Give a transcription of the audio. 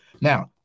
Now